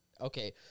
Okay